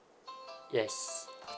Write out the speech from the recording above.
yes